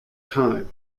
time